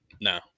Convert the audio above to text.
No